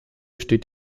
steht